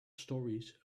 stories